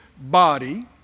body